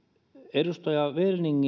edustaja werning